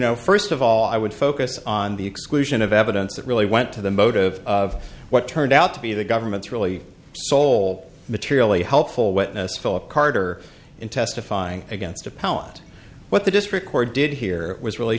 know first of all i would focus on the exclusion of evidence that really went to the motive of what turned out to be the government's really sole materially helpful witness philip carter in testifying against appellant what the district court did here was really